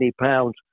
pounds